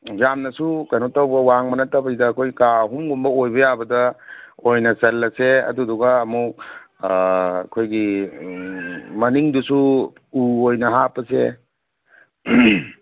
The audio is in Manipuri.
ꯌꯥꯝꯅꯁꯨ ꯀꯩꯅꯣ ꯇꯧꯕ ꯋꯥꯡꯕ ꯅꯠꯇꯕꯤꯗ ꯑꯩꯈꯣꯏ ꯀꯥ ꯑꯍꯨꯝꯒꯨꯝꯕ ꯑꯣꯏꯕ ꯌꯥꯕꯗ ꯑꯣꯏꯅ ꯆꯜꯂꯁꯦ ꯑꯗꯨꯗꯨꯒ ꯑꯃꯨꯛ ꯑꯩꯈꯣꯏꯒꯤ ꯃꯅꯤꯡꯗꯨꯁꯨ ꯎ ꯑꯣꯏꯅ ꯍꯥꯞꯄꯁꯦ